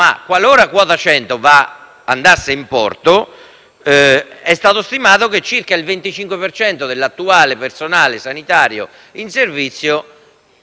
ma qualora quota 100 andasse in porto è stato stimato che circa il 25 per cento dell'attuale personale sanitario in servizio,